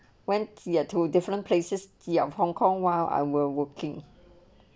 when ya to different places ya hongkong while I were working